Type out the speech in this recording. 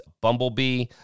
Bumblebee